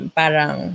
parang